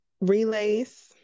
Relays